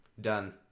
Done